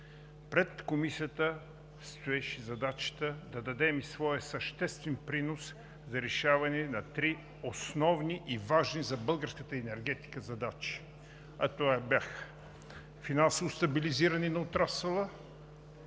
пред Комисията стоеше задачата да дадем своя съществен принос за решаване на три основни и важни за българската енергетика задачи, а това бяха: финансово стабилизиране на отрасъла,